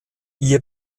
ihr